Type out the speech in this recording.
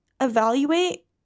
evaluate